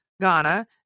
Ghana